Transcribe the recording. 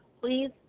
Please